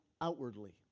outwardly